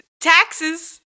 taxes